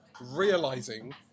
realizing